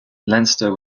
leinster